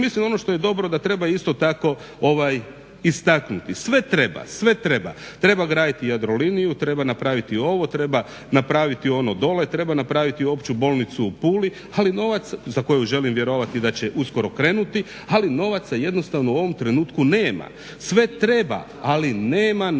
mislim ono što je dobro da treba isto tako istaknuti. Sve treba. treba graditi Jadroliniju, treba napraviti ovo, treba napraviti ono dole, treba napraviti opću bolnicu u Puli ali novac za koju želim vjerovati da će uskoro krenuti, ali novaca jednostavno u ovom trenutku nema. Sve treba ali nema novaca